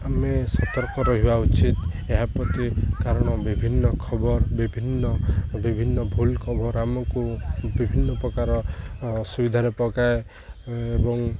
ଆମେ ସତର୍କ ରହିବା ଉଚିତ ଏହା ପ୍ରତି କାରଣ ବିଭିନ୍ନ ଖବର ବିଭିନ୍ନ ବିଭିନ୍ନ ଭୁଲ ଖବର ଆମକୁ ବିଭିନ୍ନ ପ୍ରକାର ଅସୁବିଧାରେ ପକାଏ ଏବଂ